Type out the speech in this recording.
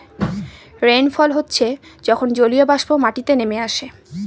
rainfall হচ্ছে যখন জলীয়বাষ্প মাটিতে নেমে আসে